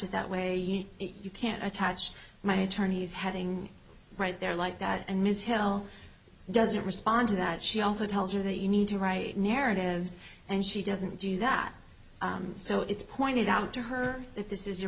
it that way you can attach my attorney's heading right there like that and ms hill doesn't respond to that she also tells you that you need to write narratives and she doesn't do that so it's pointed out to her that this is